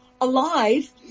alive